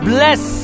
Bless